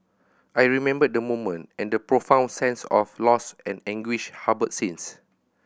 I remember the moment and the profound sense of loss and anguish harboured since